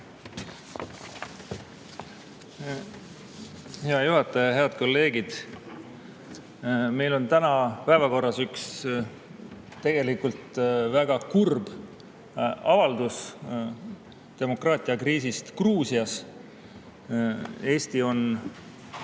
Hea juhataja! Head kolleegid! Meil on täna päevakorras üks tegelikult väga kurb avaldus, "Demokraatia kriisist Gruusias". Eesti on